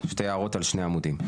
שתי הערות על שני עמודים.